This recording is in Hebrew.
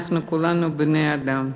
אנחנו כולנו בני-אדם.